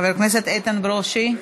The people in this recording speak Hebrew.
חבר הכנסת איתן ברושי,